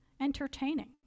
entertaining